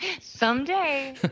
Someday